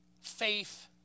Faith